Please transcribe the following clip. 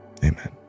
amen